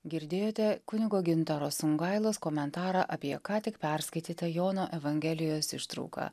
girdėjote kunigo gintaro songailos komentarą apie ką tik perskaitytą jono evangelijos ištrauką